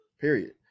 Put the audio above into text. period